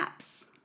apps